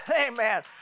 amen